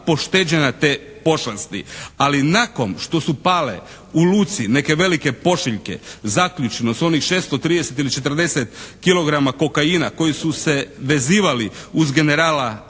pošteđena te pošasti. Ali nakon što su pale u luci neke velike pošiljke, zaključno s onih 630 ili 40 kilograma kokaina koji su se vezivali uz generala